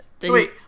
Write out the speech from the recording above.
Wait